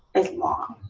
as long.